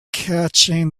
catching